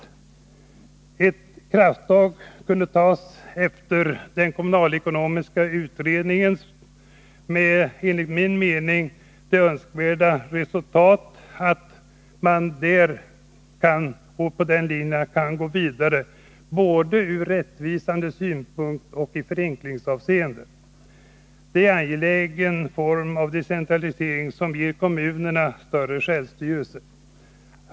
Ett krafttag kunde tas efter den kommunalekonomiska utredningens förslag med den, enligt min mening, önskvärda möjligheten att gå vidare både ur rättvisesynpunkt och i förenklingsavseende. Det är en angelägen form av decentralisering, som ger kommunerna större självstyrelse.